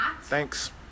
Thanks